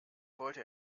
wollte